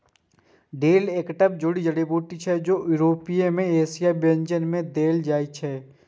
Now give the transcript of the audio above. dill एकटा जड़ी बूटी छियै, जे यूरोपीय आ एशियाई व्यंजन मे देल जाइ छै